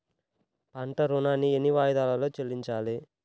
పంట ఋణాన్ని ఎన్ని వాయిదాలలో చెల్లించాలి?